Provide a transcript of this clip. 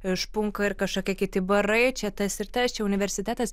špunka ir kažkokie kiti barai čia tas ir tas čia jau universitetas